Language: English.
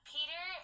Peter